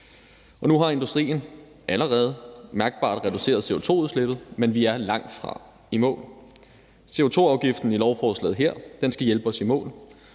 Nu har industrien allerede mærkbart reduceret CO2-udslippet, men vi er langtfra i mål. CO2-afgiften i lovforslaget her skal hjælpe os i mål,